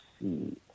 see